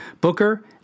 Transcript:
Booker